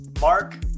Mark